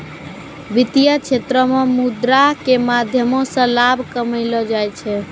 वित्तीय क्षेत्रो मे मुद्रा के माध्यमो से लाभ कमैलो जाय छै